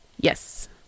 Yes